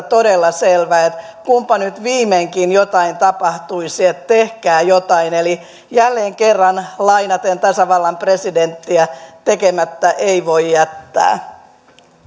todella selvä että kunpa nyt viimeinkin jotain tapahtuisi tehkää jotain eli jälleen kerran lainaten tasavallan presidenttiä tekemättä ei voi jättää